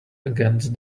against